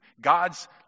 God's